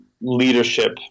leadership